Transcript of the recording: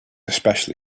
especially